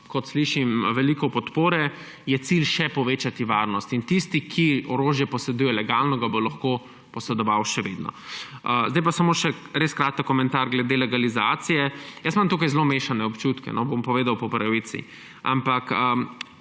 kot slišim, veliko podpore, je še povečati varnost. Tisti, ki orožje poseduje legalno, ga bo lahko posedoval še vedno. Zdaj pa samo še res kratek komentar glede legalizacije. Jaz imam tukaj zelo mešane občutke, bom povedal po pravici.